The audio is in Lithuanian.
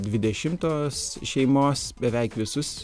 dvidešimtos šeimos beveik visus